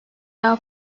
daha